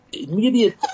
immediate